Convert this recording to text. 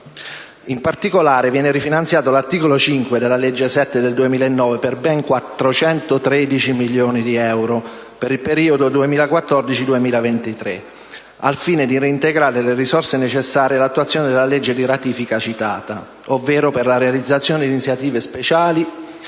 In particolare, viene rifinanziato l'articolo 5 della legge n. 7 del 2009 per ben 413 milioni di euro per il periodo 2014-2023, al fine di reintegrare le risorse necessarie all'attuazione della legge di ratifica citata, ovvero per la realizzazione di iniziative speciali